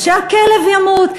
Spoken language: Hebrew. או שהכלב ימות.